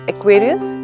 Aquarius